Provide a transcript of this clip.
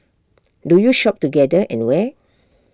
do you shop together and where